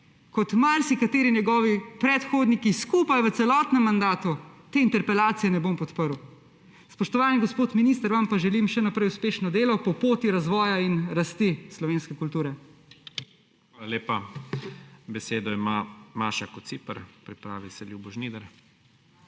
kot marsikateri njegovi predhodniki skupaj v celotnem mandatu, te interpelacije ne bom podprl. Spoštovani gospod minister, vam pa želim še naprej uspešno delo po poti razvoja in rasti slovenske kulture. **PREDSEDNIK IGOR ZORČIČ:** Hvala lepa. Besedo ima Maša Kociper, pripravi se Ljubo Žnidar.